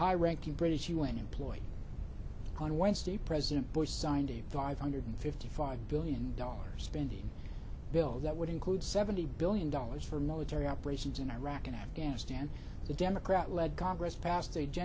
high ranking british un employ on wednesday president bush signed a five hundred fifty five billion dollars spending bill that would include seventy billion dollars for military operations in iraq and afghanistan the democrat led congress pass